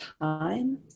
time